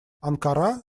анкара